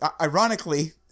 ironically